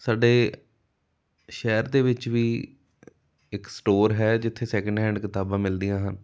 ਸਾਡੇ ਸ਼ਹਿਰ ਦੇ ਵਿੱਚ ਵੀ ਇੱਕ ਸਟੋਰ ਹੈ ਜਿੱਥੇ ਸੈਕਿੰਡ ਹੈਂਡ ਕਿਤਾਬਾਂ ਮਿਲਦੀਆਂ ਹਨ